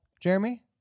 Jeremy